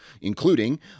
including